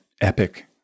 epic